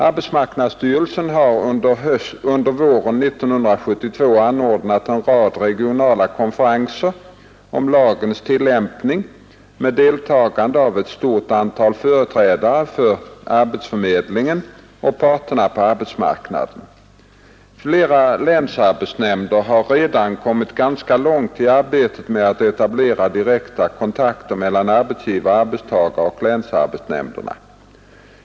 Arbetsmarknadsstyrelsen har under våren 1972 anordnat en rad regionala konferenser om lagens tillämpning med deltagande av ett stort antal företrädare för arbetsförmedlingen och parterna på arbetsmarknaden. Flera länsarbetsnämnder har redan kommit ganska långt i arbetet med att etablera direkta kontakter mellan arbetsgivare, arbetstagare och länsarbetsnämnderna.